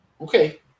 Okay